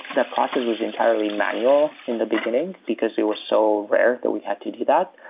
that process was entirely manual in the beginning, because it was so rare that we had to do that.